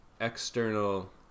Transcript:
external